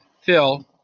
phil